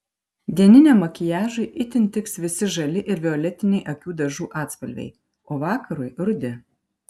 dieniniam makiažui itin tiks visi žali ir violetiniai akių dažų atspalviai o vakarui rudi